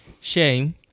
shame